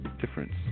difference